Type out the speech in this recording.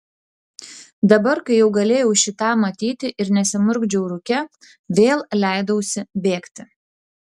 dabar kai jau galėjau šį tą matyti ir nesimurkdžiau rūke vėl leidausi bėgti